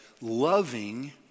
loving